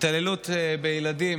התעללות בילדים,